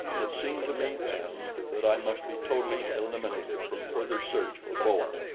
it seemed to me then that i must be totally eliminated from further search for bowen,